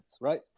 right